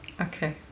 Okay